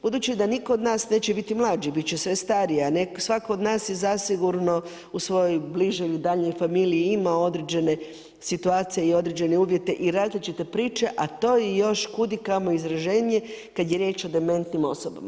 Budući da nitko od nas neće biti mlađi bit će sve stariji, a svatko od nas je zasigurno u svojoj bližoj ili daljnjoj familiji imao određene situacije i određene uvjete i različite priče, a i to još kud i kamo izraženije kad je riječ o dementnim osobama.